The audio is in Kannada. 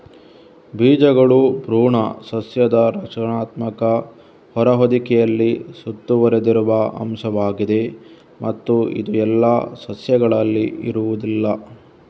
ಬೀಜಗಳು ಭ್ರೂಣ ಸಸ್ಯದ ರಕ್ಷಣಾತ್ಮಕ ಹೊರ ಹೊದಿಕೆಯಲ್ಲಿ ಸುತ್ತುವರೆದಿರುವ ಅಂಶವಾಗಿದೆ ಮತ್ತು ಇದು ಎಲ್ಲಾ ಸಸ್ಯಗಳಲ್ಲಿ ಇರುವುದಿಲ್ಲ